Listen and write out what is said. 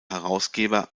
herausgeber